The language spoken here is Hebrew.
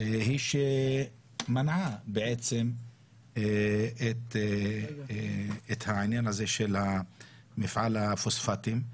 היא שמנעה בעצם את העניין הזה של מפעל הפוספטים.